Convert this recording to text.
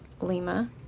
lima